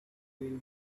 will